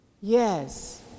Yes